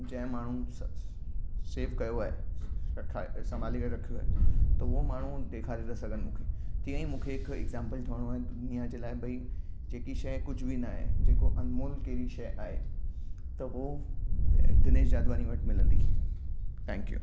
जंहिं माण्हू सेफ कयो आहे रखाए संभाली करे रखियो आहे त उहो माण्हू ॾेखारे था सघनि मूंखे तीअं ई मूंखे हिकु एक्ज़ाम्पल ठहिणो आहे दुनिया जे लाइ भई जेकी शइ कुझ बि न आहे जेको अनमोल कहिड़ी शइ आहे त उहो दिनेश जादवानी वठ मिलंदी थैंक्यू